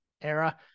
era